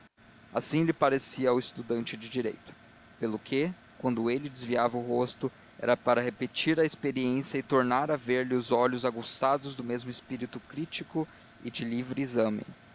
assim lhe parecia ao estudante de direito pelo quê quando ele desviava o rosto era para repetir a experiência e tornar a ver-lhe os olhos aguçados do mesmo espírito crítico e de livre exame